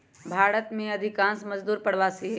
भारत में अधिकांश मजदूर प्रवासी हई